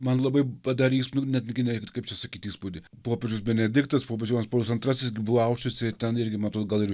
man labai padarė įspūd nu netgi netgi kaip čia sakyt įspūdį popiežius benediktas popiežius jonas paulius antrasis gi buvo aušvice ir ten irgi man atrodo gal ir